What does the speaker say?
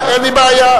אין לי בעיה.